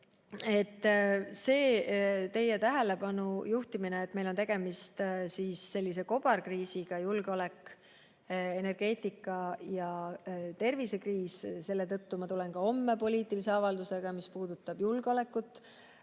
see teie tähelepanu juhtimine sellele, et meil on tegemist kobarkriisiga, julgeoleku-, energeetika- ja tervisekriis – selle tõttu ma tulen ka homme siia poliitilise avaldusega, mis puudutab julgeolekut.